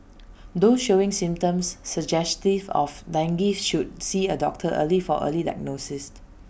those showing symptoms suggestive of dengue should see A doctor early for early diagnosis